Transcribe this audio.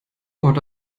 what